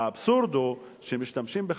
האבסורד הוא שמשתמשים בך,